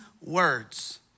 words